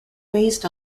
based